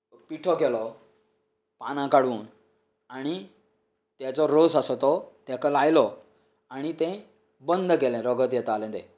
पिठो केलो पानां काडून आनी तेचो रोस आसा तो तेका लायलो आनी तें बंद केले रगत येताले तें